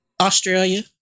Australia